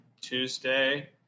Tuesday